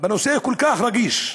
בנושא כל כך רגיש,